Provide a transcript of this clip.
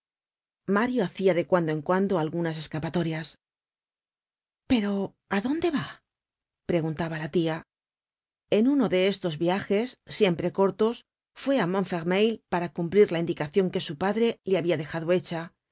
mario hacia de cuando en cuando algunas escapatorias content from google book search generated at pero á dónde va preguntaba la tia en uno de estos viajes siempre cortos fué á montfermeil para cumplir la indicacion que su padre le habia dejado lincha